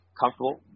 comfortable